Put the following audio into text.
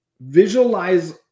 visualize